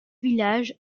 village